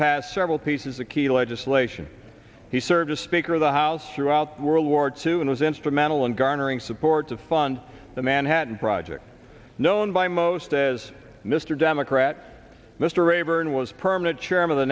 past several pieces the key legislation he served as speaker of the house throughout the world war two and was instrumental in garnering support to fund the manhattan project known by most as mr democrat mr raeburn was permanent chair of the